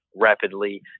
rapidly